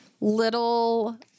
little